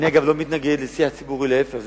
אני, אגב, לא מתנגד לשיח ציבורי, להיפך.